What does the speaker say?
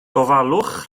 gofalwch